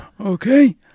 Okay